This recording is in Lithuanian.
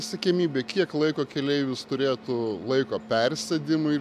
siekiamybė kiek laiko keleivis turėtų laiko persėdimui